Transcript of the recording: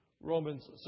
Romans